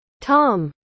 Tom